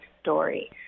story